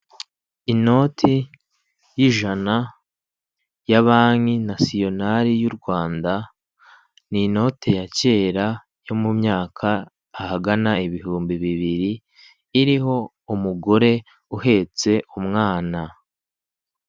Inoti y'ijana ya banki nasiyonari y'u Rwanda, ni inoti ya kera yo mu myaka ahagana ibihumbi bibiri, iriho umugore uhetse umwana.